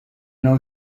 know